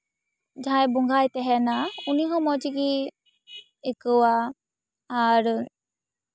ᱡᱟᱦᱟᱸᱭ ᱵᱚᱸᱜᱟᱭ ᱛᱟᱦᱮᱱᱟ ᱩᱱᱤ ᱦᱚᱸ ᱢᱚᱡᱽᱜᱮᱭ ᱟᱹᱭᱠᱟᱹᱣᱟ ᱟᱨ